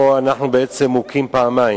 פה אנחנו בעצם מוכים פעמיים.